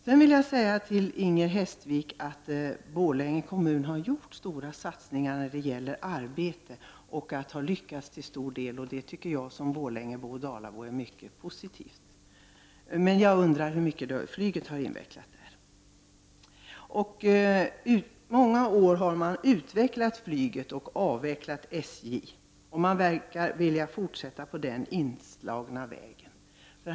Jag vill till Inger Hestvik säga att Borlänge kommun har gjort stora satsningar på sysselsättningen och till stor del har lyckats med dessa. Det tycker jag som borlängebo och dalabo är mycket positivt. Men jag undrar med hur mycket flyget har bidragit till detta. Man har under många år arbetat på att utveckla flyget och avveckla SJ, och man verkar vilja fortsätta på den inslagna vägen.